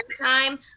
time